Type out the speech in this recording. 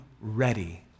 ready